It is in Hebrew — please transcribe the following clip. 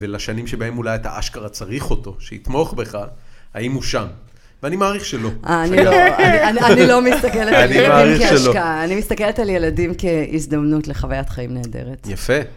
ולשנים שבהם אולי את האשכרה צריך אותו, שיתמוך בך, האם הוא שם. ואני מעריך שלא. אני לא מסתכלת על ילדים כאשכרה, אני מסתכלת על ילדים כהזדמנות לחוויית חיים נהדרת. יפה.